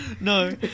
No